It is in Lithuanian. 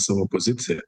savo poziciją